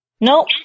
Nope